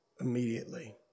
immediately